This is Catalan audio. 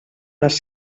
les